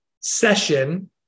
session